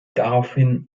daraufhin